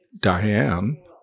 Diane